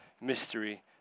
mystery